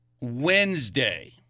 Wednesday